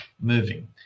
moving